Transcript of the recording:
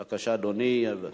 בבקשה, אדוני.